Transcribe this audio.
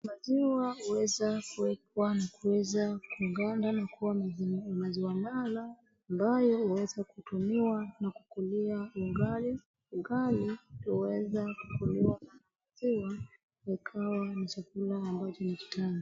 Maziwa huweza kuwekwa na kuweza kuganda na kuwa maziwa mala ambayo huweza kutumiwa na kukulia ugali. Ugali uweza kukuliwa na maziwa ikawa ni chakula ambacho ni kitamu.